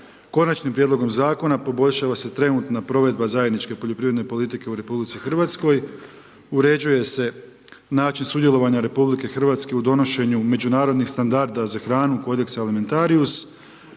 Konačnim prijedlogom zakona poboljšava se trenutna provedba zajedničke poljoprivredne politike u RH, uređuje se način sudjelovanja RH u donošenju međunarodnih standarda za hranu, kodeks alimentarijus,